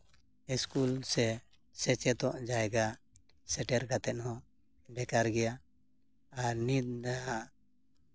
school ᱥᱮᱪᱮᱫᱚᱜ ᱡᱟᱭᱜᱟ ᱥᱮᱴᱮᱨ ᱠᱟᱛᱮᱫ ᱦᱚᱸ ᱵᱮᱠᱟᱨ ᱜᱮᱭᱟ ᱟᱨ ᱱᱤᱛᱫᱚ ᱦᱟᱸᱜ